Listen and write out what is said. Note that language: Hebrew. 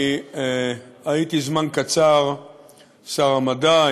אני הייתי זמן קצר שר המדע,